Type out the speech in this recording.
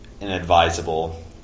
inadvisable